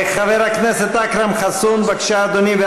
חבר הכנסת אכרם חסון, בבקשה, אדוני.